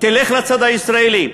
תלך לצד הישראלי,